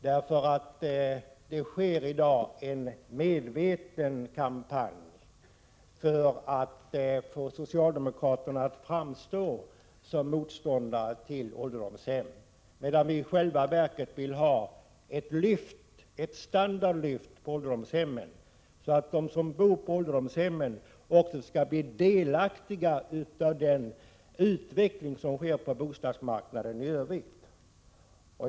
Det förekommer ju i dag en medveten kampanj för att få socialdemokraterna att framstå som motståndare till ålderdomshem. Men i själva verket vill vi ha ett standardlyft beträffande ålderdomshemmen, så att de som bor på ålderdomshem också skall bli delaktiga i den utveckling som sker på bostadsmarknaden i övrigt.